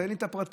תן לי את הפרטים,